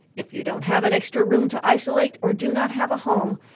if you don't have an extra room to isolate or do not have a home,